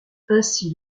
ainsi